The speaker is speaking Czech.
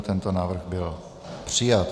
Tento návrh byl přijat.